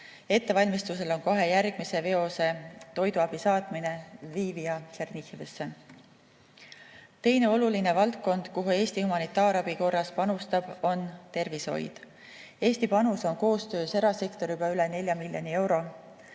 ettevalmistusel on kohe järgmise veosena toiduabi saatmine Lvivi ja Tšernihivisse. Teine oluline valdkond, kuhu Eesti humanitaarabi korras panustab, on tervishoid. Eesti panus on koostöös erasektoriga juba üle 4 miljoni euro.